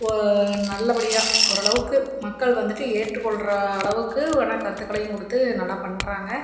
ஒ நல்லபடியாக ஓரளவுக்கு மக்கள் வந்துட்டு ஏற்றுக் கொள்கிற அளவுக்குவான கருத்துக்களையும் கொடுத்து நல்லா பண்ணுறாங்க